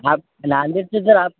हा नांदेडचे जर आप